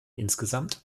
insgesamt